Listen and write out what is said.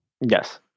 Yes